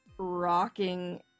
rocking